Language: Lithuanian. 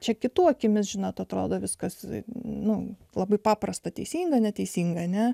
čia kitų akimis žinot atrodo viskas nu labai paprasta teisinga neteisinga ne